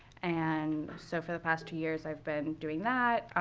and so for the past two years i've been doing that.